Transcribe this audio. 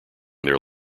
their